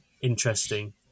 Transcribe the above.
interesting